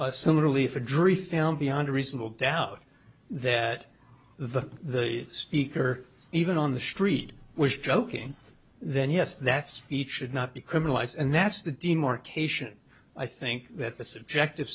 a similarly for drift found beyond a reasonable doubt that the speaker even on the street was joking then yes that's each should not be criminalized and that's the demarcation i think that the subject